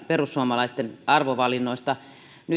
perussuomalaisten arvovalinnoista